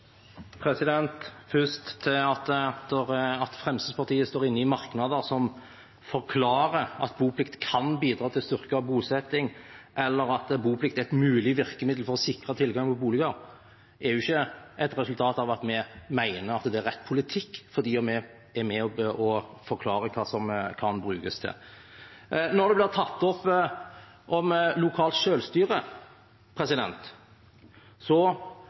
Først til at Fremskrittspartiet står inne i merknader som forklarer at boplikt kan bidra til styrket bosetting eller at boplikt er et mulig virkemiddel for å sikre tilgang på boliger. Det er jo ikke et resultat av at vi mener at det er rett politikk, selv om vi er med på å forklare hva det kan brukes til. Når lokalt selvstyre blir tatt opp, vil jeg si: Hele mitt politiske engasjement handler om